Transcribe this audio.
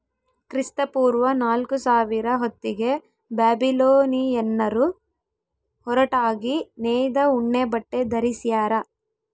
ಕ್ರಿಸ್ತಪೂರ್ವ ನಾಲ್ಕುಸಾವಿರ ಹೊತ್ತಿಗೆ ಬ್ಯಾಬಿಲೋನಿಯನ್ನರು ಹೊರಟಾಗಿ ನೇಯ್ದ ಉಣ್ಣೆಬಟ್ಟೆ ಧರಿಸ್ಯಾರ